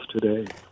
today